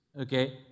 Okay